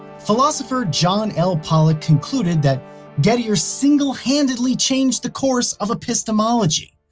philosopher john l. pollock concluded that gettier single-handedly changed the course of epistemology.